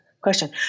question